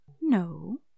no